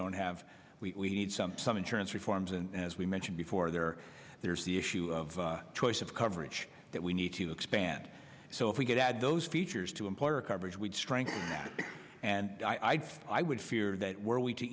don't have we need some some insurance reforms and as we mentioned before there there's the issue of choice of coverage that we need to expand so if we could add those features to employer coverage we'd strength and i think i would fear that were we to